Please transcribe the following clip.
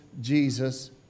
Jesus